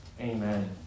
Amen